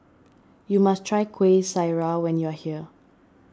you must try Kueh Syara when you are here